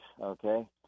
Okay